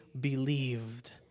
believed